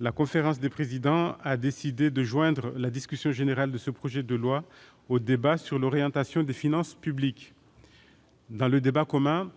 La conférence des présidents a décidé de joindre la discussion générale de ce projet de loi au débat sur l'orientation des finances publiques. Dans le débat commun,